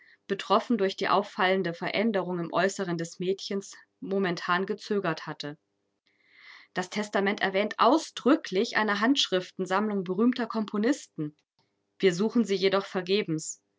betroffen durch die auffallende veränderung im aeußeren des mädchens momentan gezögert hatte das testament erwähnt ausdrücklich eine handschriftensammlung berühmter komponisten wir suchen sie jedoch vergebens